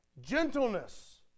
gentleness